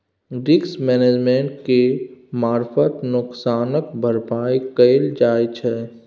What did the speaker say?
risk management केर मारफत नोकसानक भरपाइ कएल जाइ छै